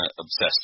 obsessed